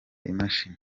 imashini